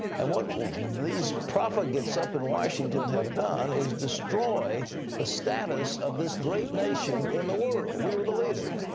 and what these profligates up in washington have done is destroy the status of this great nation in the world. we were the leader.